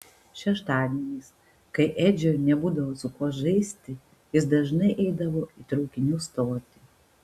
šeštadieniais kai edžiui nebūdavo su kuo žaisti jis dažnai eidavo į traukinių stotį